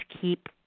keep